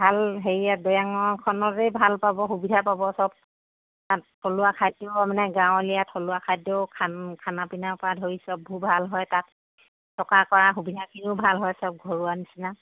ভাল হেৰিয়াত দৈয়াঙৰ খনতেই ভাল পাব সুবিধা পাব চব খান থলুৱা খাদ্যও মানে গাঁৱলীয়া থলুৱা খাদ্যও খানা পিনাৰপৰা ধৰি চববোৰ ভাল হয় তাত থকা কৰা সুবিধাখিনিও ভাল হয় চব ঘৰুৱা নিচিনা